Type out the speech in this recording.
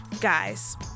guys